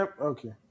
okay